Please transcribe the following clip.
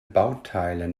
bauteile